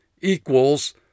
equals